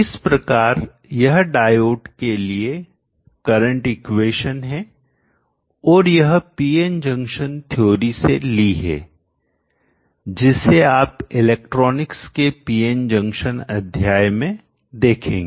इस प्रकार यह डायोड के लिए करंट इक्वेशन समीकरण है और यह पीएन जंक्शन थ्योरी सिद्धांत से ली है जिसे आप इलेक्ट्रॉनिक्स के पीएन जंक्शन अध्याय में देखेंगे